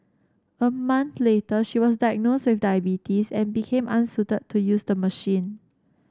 a month later she was diagnosed with diabetes and became unsuited to use the machine